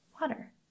water